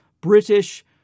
British